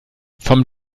vom